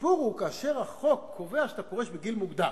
הסיפור הוא כאשר החוק קובע שאתה פורש בגיל מוקדם,